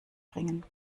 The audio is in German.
bringen